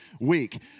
week